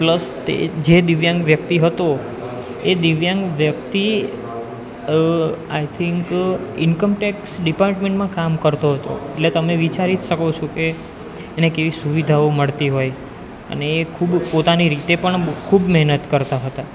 plus તે જે દિવ્યાંગ વ્યક્તિ હતો એ દિવ્યાંગ વ્યક્તિ આઈ થિંક ઈનકમ ટેક્સ ડિપાર્ટમેન્ટમાં કામ કરતો હતો એટલે તમે વિચારી જ શકો છો કે એને કેવી સુવિધાઓ મળતી હોય અને એ ખૂબ પોતાની રીતે પણ ખૂબ મહેનત કરતાં હતાં